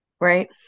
right